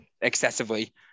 excessively